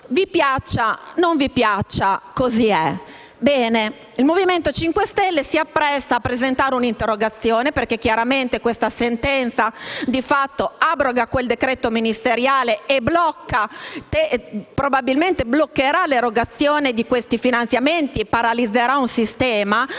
vi piaccia o non vi piaccia, così è. Il Movimento 5 Stelle si appresta a presentare un'interrogazione, perché chiaramente questa sentenza di fatto abroga quel decreto ministeriale, probabilmente bloccherà l'erogazione di questi finanziamenti e paralizzerà un sistema.